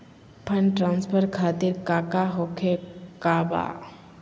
Fund transfer खातिर काका होखे का बा?